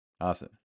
Awesome